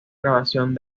grabación